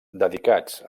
dedicats